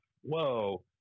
whoa